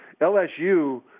LSU